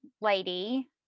lady